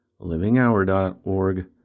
livinghour.org